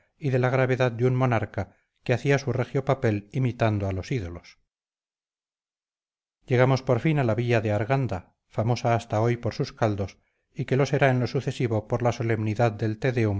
y de la gravedad de un monarca que hacía su regio papel imitando a los ídolos llegamos por fin a la villa de arganda famosa hasta hoy por sus caldos y que lo será en lo sucesivo por la solemnidad del